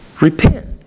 Repent